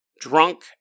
drunk